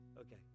okay